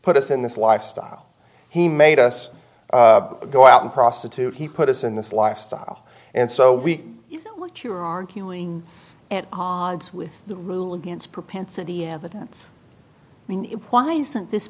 put us in this lifestyle he made us go out and prostitute he put us in this lifestyle and so we know what you're arguing at odds with the rule against propensity evidence i mean why isn't this